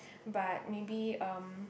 but maybe um